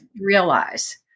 realize